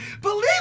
Believe